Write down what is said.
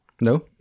No